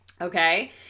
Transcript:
Okay